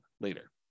later